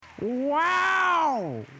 Wow